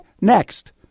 Next